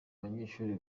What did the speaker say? abanyeshuri